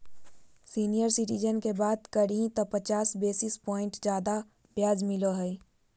senior citizen के बात करही त पचास बेसिस प्वाइंट ज्यादा ब्याज मिलो हइ